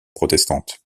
protestante